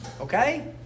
Okay